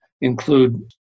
include